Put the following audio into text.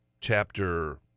chapter